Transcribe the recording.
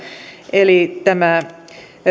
eli tämä